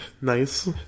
nice